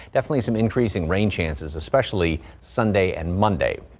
definitely some increasing rain chances, especially sunday and monday.